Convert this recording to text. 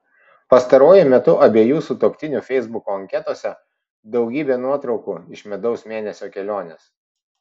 pastaruoju metu abiejų sutuoktinių feisbuko anketose daugybė nuotraukų iš medaus mėnesio kelionės